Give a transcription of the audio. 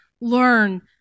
learn